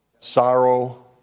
Sorrow